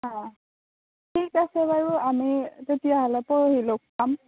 অ' ঠিক আছে বাৰু আমি তেতিয়াহ'লে পৰহি লগ পাম